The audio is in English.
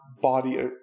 body